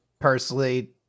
personally